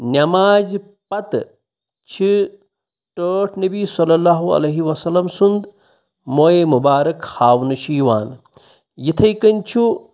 نٮ۪مازِ پَتہٕ چھِ ٹٲٹھ نبِیصلى الله عليه وسلم سُنٛد مویے مُبارَک ہاونہٕ چھِ یِوان یِتھَے کٔنۍ چھُ